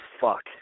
fuck